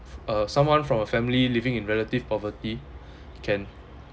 uh someone from a family living in relative poverty can